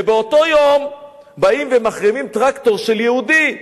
ובאותו יום באים ומחרימים טרקטור של יהודי,